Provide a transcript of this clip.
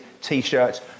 T-shirts